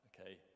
Okay